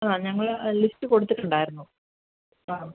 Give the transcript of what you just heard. ആ ഞങ്ങൾ ലിസ്റ്റ് കൊടുത്തിട്ടുണ്ടായിരുന്നു ആ